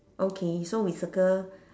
okay so we circle